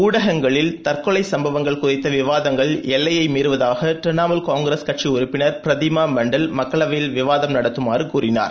உடைகங்களில் தற்கொலை சம்பவங்கள் குறித்த விவாதங்கள் எல்லையை மீறுவதாக திரிணாமூல் காங்கிரஸ் கட்சி உறுப்பினர் பிரதீமா மண்டல் மக்களவையில் விவாதம் நடத்துமாறு கோரினார்